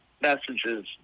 messages